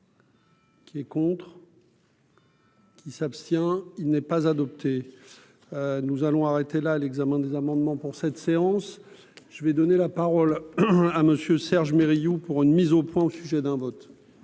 Qui est contre. Qui s'abstient, il n'est pas adopté, nous allons arrêter la l'examen des amendements pour cette séance, je vais donner la parole à monsieur Serge mais Riou pour une mise au point au sujet d'un vote.